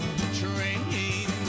train